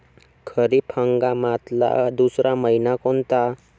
खरीप हंगामातला दुसरा मइना कोनता?